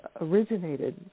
originated